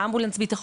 אמבולנס הביטחון